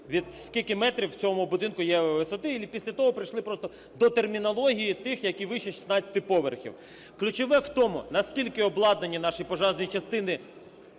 скільки метрів в цьому будинку є висоти, і після того прийшли просто до термінології тих, які вище 16 поверхів. Ключове в тому, на скільки обладнані наші пожежні частини